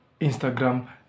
Instagram